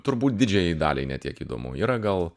turbūt didžiajai daliai ne tiek įdomu yra gal